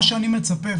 מה שאני מצפה,